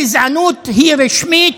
הגזענות היא רשמית,